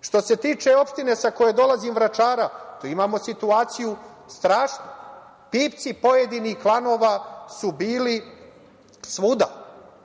Što se tiče opštine sa koje dolazim, Vračara, imamo strašnu situaciju, pipci pojedinih klanova su bili svuda.